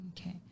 Okay